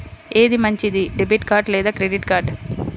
ఏది మంచిది, debit card లేదా క్రెడిట్ కార్డ్?